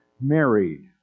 married